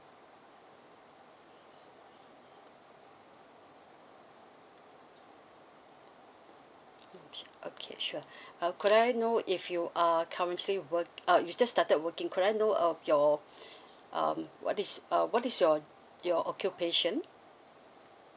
mm sure okay sure uh could I know if you are currently work uh you just started working could I know of your um what is uh what is your your occupation